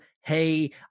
hey